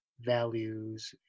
values